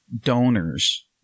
Donors